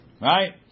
Right